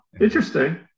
interesting